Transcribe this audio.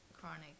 chronic